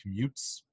commutes